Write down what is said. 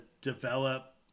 develop